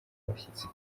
abashyitsi